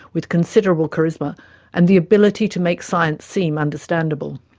with considerable charisma and the ability to make science seem understandable.